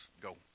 go